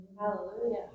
Hallelujah